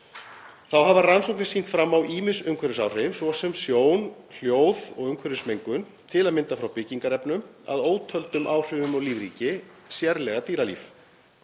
Þá hafa rannsóknir sýnt fram á ýmis umhverfisáhrif, svo sem sjón , hljóð og umhverfismengun, til að mynda frá byggingarefnum, að ótöldum áhrifum á lífríki, sérlega dýralíf.